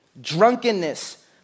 drunkenness